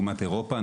לעומת אירופה,